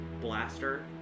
blaster